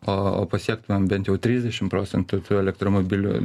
o pasiektumėm bent jau trisdešimt procentų elektromobilių